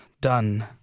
done